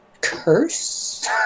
Curse